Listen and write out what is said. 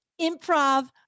improv